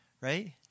right